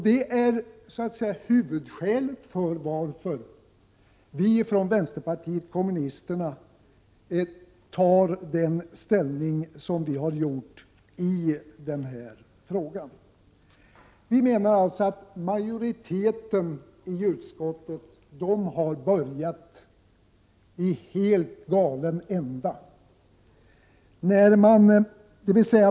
Det är huvudskälet till att vi från vpk intagit den ställning vi har gjort i denna fråga. Vi menar alltså att majoriteten i utskottet har börjat i helt galen ände.